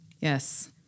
Yes